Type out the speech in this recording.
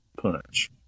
punch